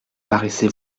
paraissait